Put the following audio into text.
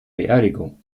beerdigung